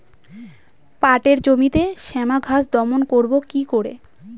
পাটের জমিতে শ্যামা ঘাস দমন করবো কি করে?